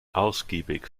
ausgiebig